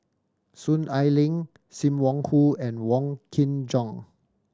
Soon Ai Ling Sim Wong Hoo and Wong Kin Jong